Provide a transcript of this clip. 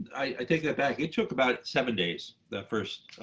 i take that back. it took about seven days. the first